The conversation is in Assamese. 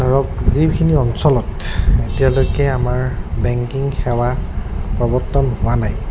ধৰক যিখিনি অঞ্চলত এতিয়ালৈকে আমাৰ বেংকিং সেৱা প্ৰৱৰ্তন হোৱা নাই